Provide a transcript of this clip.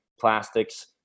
plastics